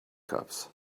cups